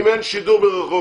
אם אין שידור מרחוק,